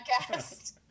podcast